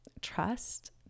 trust